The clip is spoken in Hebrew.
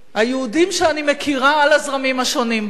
היהודים שאני מכירה, על הזרמים השונים בהם.